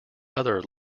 other